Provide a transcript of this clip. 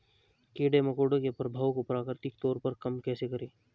कीड़े मकोड़ों के प्रभाव को प्राकृतिक तौर पर कम कैसे करें?